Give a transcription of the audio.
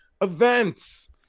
events